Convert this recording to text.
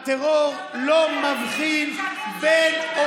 הטרור לא מבחין בין,